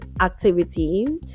activity